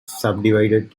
subdivided